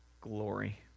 glory